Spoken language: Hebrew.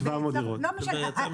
לא משנה.